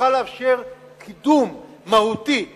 יוכל לאפשר קידום מהותי בתבונה,